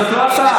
זאת לא ההצעה,